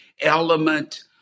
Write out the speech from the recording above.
element